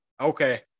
Okay